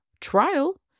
trial